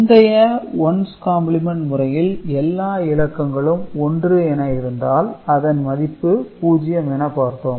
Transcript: முந்தைய one's complement முறையில் எல்லா இலக்கங்களும் ஒன்று என இருந்தால் அதன் மதிப்பு 0 என பார்த்தோம்